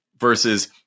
versus